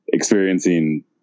Experiencing